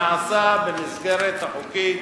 נעשה במסגרת החוקית,